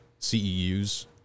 CEUs